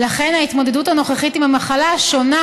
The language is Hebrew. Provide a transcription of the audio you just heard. ולכן ההתמודדות הנוכחית עם המחלה שונה